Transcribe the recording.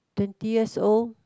twenty years old